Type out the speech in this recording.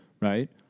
Right